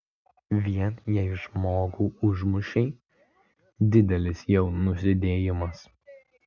vien jei žmogų užmušei didelis jau nusidėjimas